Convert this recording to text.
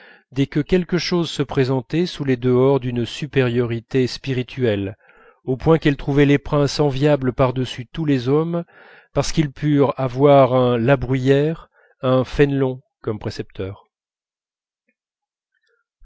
dès que quelque chose se présentait sous les dehors d'une supériorité spirituelle au point qu'elle trouvait les princes enviables par-dessus tous les hommes parce qu'ils purent avoir un la bruyère un fénelon comme précepteurs